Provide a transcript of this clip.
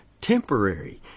temporary